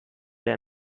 der